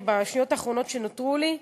הנה, בשניות האחרונות שנותרו לי,